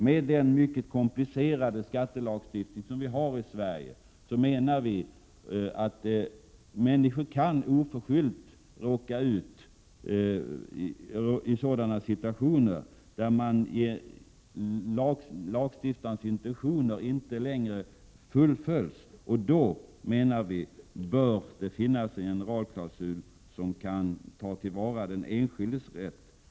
Med den mycket komplicerade skattelagstiftning som vi har i Sverige kan människor oförskyllt råka i sådana situationer där lagstiftarens intentioner inte längre fullföljs. Då bör det finnas en generalklausul genom vilken den enskildes rätt kan tas till vara.